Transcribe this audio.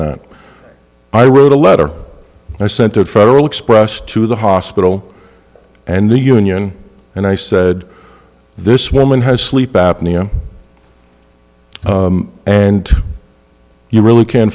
that i wrote a letter i sent to a federal express to the hospital and the union and i said this woman has sleep apnea and you really can